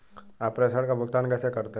आप प्रेषण का भुगतान कैसे करते हैं?